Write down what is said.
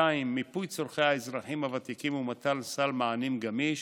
2. מיפוי צורכי האזרחים הוותיקים ומתן סל מענים גמיש.